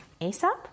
ASAP